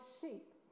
sheep